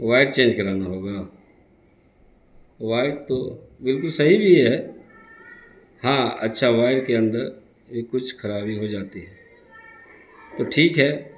wire change کرانا ہوگا wire تو بالکل صحیح بھی ہے ہاں اچھا وائر کے اندر بھی کچھ خرابی ہو جاتی ہے تو ٹھیک ہے